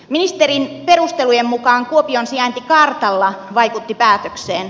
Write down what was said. ministerin perustelujen mukaan kuopion sijainti kartalla vaikutti päätökseen